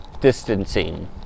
Distancing